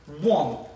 One